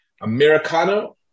Americano